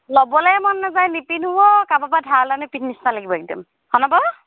ল'বলৈ মন নাযায় নিপিন্ধো অঁ কাৰোবাৰ পৰা ধাৰলৈ আনি পিন্ধো নিচিনা লাগিব একদম হয়নে বাৰু